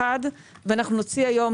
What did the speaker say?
ואנחנו נוציא היום,